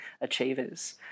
achievers